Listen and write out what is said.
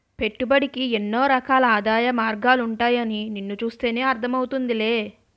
పెట్టుబడికి ఎన్నో రకాల ఆదాయ మార్గాలుంటాయని నిన్ను చూస్తేనే అర్థం అవుతోందిలే